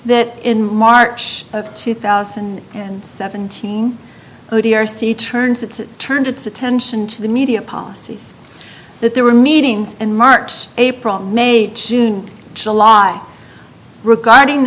that in march of two thousand and seventeen o d r c turns its turn its attention to the media policies that there were meetings and marks a problem may june july regarding the